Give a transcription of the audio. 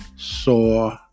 saw